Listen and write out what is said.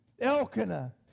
Elkanah